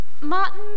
Martin